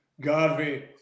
Garvey